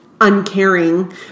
uncaring